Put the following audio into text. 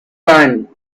line